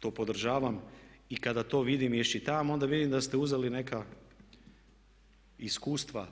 to podržavam i kada to vidim i iščitavam onda vidim da ste uzeli neka iskustva.